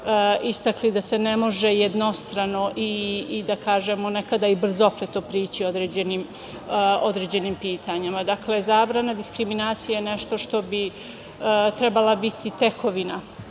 istakli da se ne može jednostrano i da kažemo nekada i brzopleto prići određenim pitanjima. Dakle, zabrana diskriminacije je nešto što bi trebala biti tekovina